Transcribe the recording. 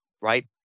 right